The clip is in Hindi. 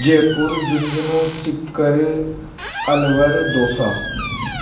जयपुर झुंझुनू सीकर अलवर दोसा